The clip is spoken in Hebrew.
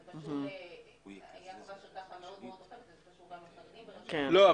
זה קשור גם לחרדים --- לא,